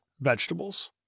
vegetables